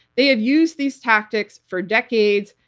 they have used these tactics for decades.